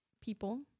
people